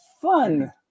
fun